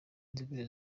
inzobere